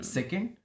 Second